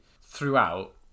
throughout